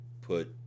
put